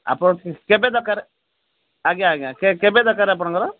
ଆପଣ କେବେ ଦରକାର ଆଜ୍ଞା ଆଜ୍ଞା କେବେ ଦରକାର ଆପଣଙ୍କର